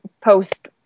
post